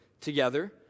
together